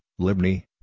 Libni